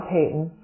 Payton